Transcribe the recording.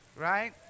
right